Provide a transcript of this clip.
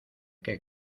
que